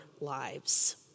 lives